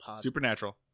Supernatural